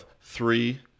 Three